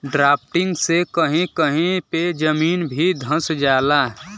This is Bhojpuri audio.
ड्राफ्टिंग से कही कही पे जमीन भी धंस जाला